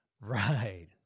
Right